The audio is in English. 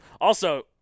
Also-